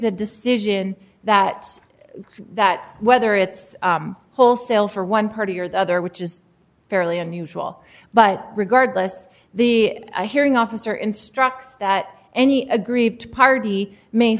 a decision that that whether it's wholesale for one party or the other which is fairly unusual but regardless the hearing officer instructs that any aggrieved party may